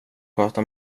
sköta